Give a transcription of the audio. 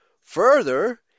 Further